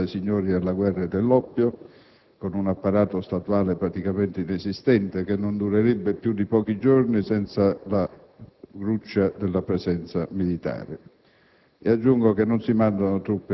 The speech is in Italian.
in un Paese dominato dai signori della guerra e dell'oppio, con un apparato statuale praticamente inesistente, che non durerebbe più di pochi giorni senza la gruccia della presenza militare.